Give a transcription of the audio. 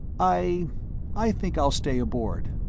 i i think i'll stay aboard.